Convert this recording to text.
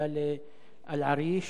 אלא לאל-עריש,